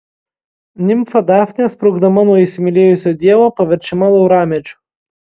nimfa dafnė sprukdama nuo įsimylėjusio dievo paverčiama lauramedžiu